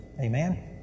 Amen